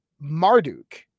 Marduk